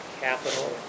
capital